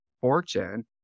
fortune